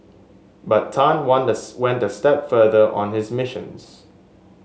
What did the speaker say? but Tan went a step further on his missions